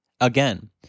Again